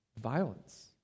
violence